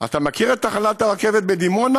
אתה מכיר את תחנת הרכבת בדימונה?